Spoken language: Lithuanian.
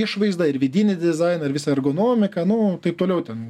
išvaizdą ir vidinį dizainą ir visą ergonomiką nu taip toliau ten